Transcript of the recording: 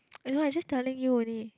ah you know I just telling you only